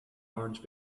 orange